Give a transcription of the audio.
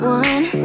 one